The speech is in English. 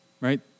right